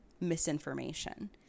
misinformation